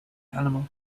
animal